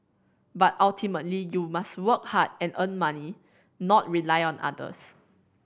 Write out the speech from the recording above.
but ultimately you must work hard and earn money not rely on others